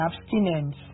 abstinence